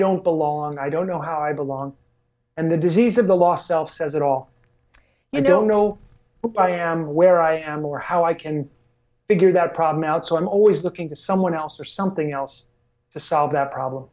don't belong i don't know how i belong and the disease of the last self says it all and don't know i am where i am or how i can figure that problem out so i'm always looking to someone else or something else to solve that problem